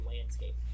landscape